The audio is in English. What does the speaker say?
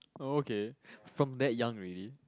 oh okay from that young already